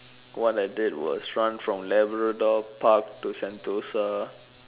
what I did was run from Labrador park to Sentosa